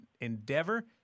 endeavor